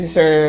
Sir